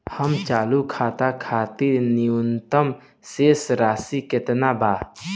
हमर चालू खाता खातिर न्यूनतम शेष राशि केतना बा?